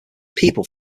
people